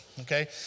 Okay